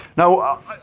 Now